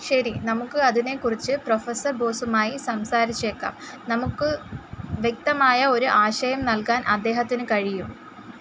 ശരി നമുക്ക് അതിനേക്കുറിച്ച് പ്രൊഫസർ ബോസുമായി സംസാരിച്ചേക്കാം നമുക്ക് വ്യക്തമായ ഒരു ആശയം നൽകാൻ അദ്ദേഹത്തിന് കഴിയും